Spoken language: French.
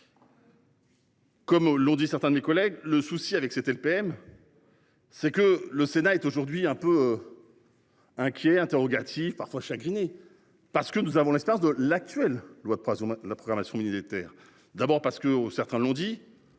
Comme l'ont dit certains de mes collègues le souci avec cette LPM. C'est que le Sénat est aujourd'hui un peu. Inquiets interrogatifs parfois chagriné parce que nous avons l'instance de l'actuelle loi de 3 hommes. La programmation militaire. D'abord parce que oh, certains l'ont dit,